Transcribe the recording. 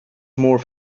more